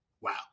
wow